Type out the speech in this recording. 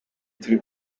turi